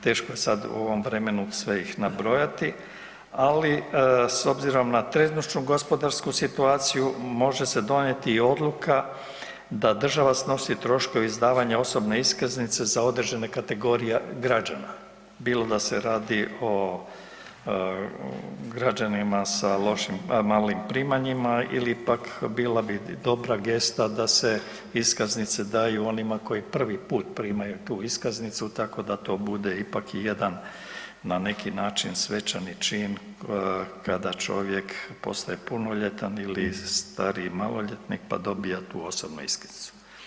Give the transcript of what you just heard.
Teško je sada u ovom vremenu sve ih nabrojiti, ali s obzirom na trenutačnu gospodarsku situaciju može se donijeti i odluka da država snosi troškove osobne iskaznice za određene kategorije građana, bilo da se radi o građanima sa malim primanjima ili pak bila bi dobra gesta da se iskaznice daju onima koji prvi put primaju tu iskaznicu tako da to bude ipak jedan na neki način svečani čin kada čovjek postaje punoljetan ili stariji maloljetnik pa dobije tu iskaznicu.